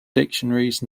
dictionaries